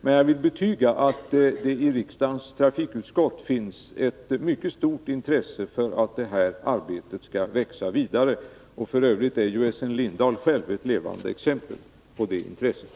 Men jag vill betyga att det i riksdagens trafikutskott finns ett mycket stort intresse för att detta arbete skall växa vidare. F. ö. är Essen Lindahl själv ett levande exempel på det intresset.